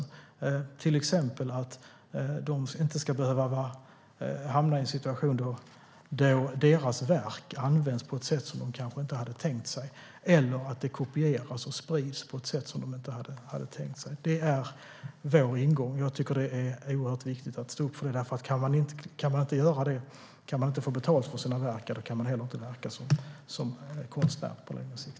De ska till exempel inte behöva hamna i en situation där deras verk används på ett sätt som de kanske inte hade tänkt sig eller där deras verk kopieras eller sprids på ett sätt som de inte hade tänkt sig. Det är vår ingång. Det är oerhört viktigt att stå upp för det. Kan man inte få betalt för sina verk kan man heller inte verka som konstnär på längre sikt.